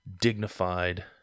dignified